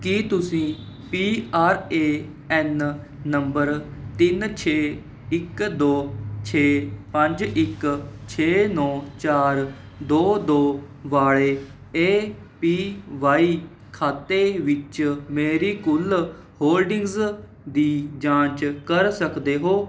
ਕੀ ਤੁਸੀਂ P R A N number ਤਿੰਨ ਛੇ ਇੱਕ ਦੋ ਛੇ ਪੰਜ ਇੱਕ ਛੇ ਨੌ ਚਾਰ ਦੋ ਦੋ ਵਾਲੇ ਏ ਪੀ ਵਾਈ ਖਾਤੇ ਵਿੱਚ ਮੇਰੀ ਕੁੱਲ ਹੋਲਡਿੰਗਜ਼ ਦੀ ਜਾਂਚ ਕਰ ਸਕਦੇ ਹੋ